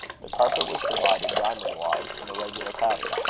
the carpet was divided diamond-wise in a regular pattern.